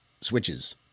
switches